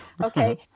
Okay